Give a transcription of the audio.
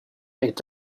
est